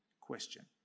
question